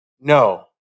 No